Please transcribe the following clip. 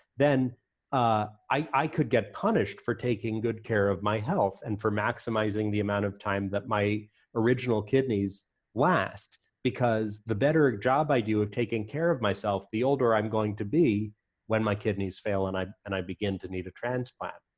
then ah i could get punished for taking good care of my health and for maximizing the amount of time that my original kidneys last, because the better job i do of taking care of myself, the older i'm going to be when my kidneys fail and i and i begin to need a transplant.